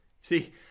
see